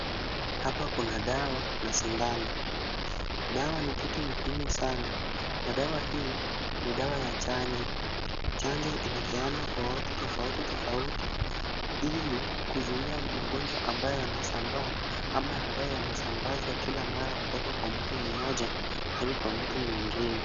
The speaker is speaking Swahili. Hapa kuna dawa na sindano, dawa ni kitu muhimu sana na dawa hii ni dawa ya chanjo. Chanjo inapeanwa kwa watu tofauti tofauti ili kuzuia magonjwa ambayo yanasambaa ama ambayo yanasambazwa kila mara kutoka kwa mtu mmoja hadi kwa mtu mwingine.